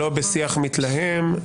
-- לא בשיח מתלהם,